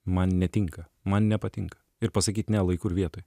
man netinka man nepatinka ir pasakyt ne laiku ir vietoj